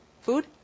food